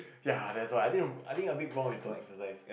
ya that's why I think I think a big problem is don't want exercise